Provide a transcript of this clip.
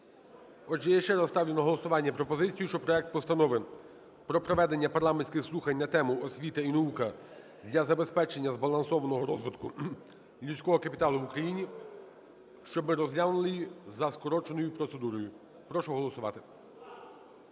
Отже, я ще раз ставлю на голосування пропозицію, щоб проект Постанови про проведення парламентських слухань на тему: "Освіта і наука для забезпечення збалансованого розвитку людського капіталу в Україні", щоб ми розглянули її за скороченою процедурою. Прошу голосувати.